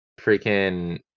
Freaking